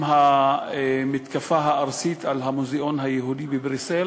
עם המתקפה הארסית על המוזיאון היהודי בבריסל,